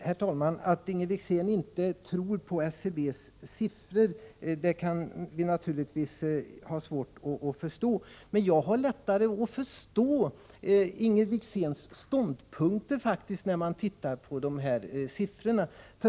Herr talman! Att Inger Wickzén inte tror på SCB:s siffror kan vi naturligtvis inte göra någonting åt, men jag har faktiskt lättare att förstå Inger Wickzéns ståndpunkter när jag tittar på de här siffrorna.